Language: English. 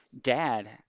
dad